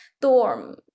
dorm